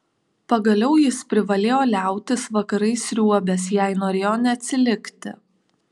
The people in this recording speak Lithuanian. pagaliau jis privalėjo liautis vakarais sriuobęs jei norėjo neatsilikti